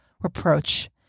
reproach